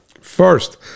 first